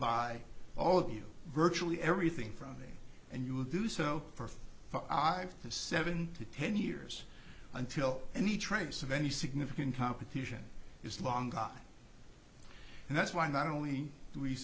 buy all of you virtually everything from me and you will do so for i have a seven to ten years until any trace of any significant competition is long gone and that's why not only